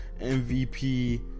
MVP